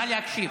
נא להקשיב.